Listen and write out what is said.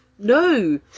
No